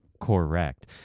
Correct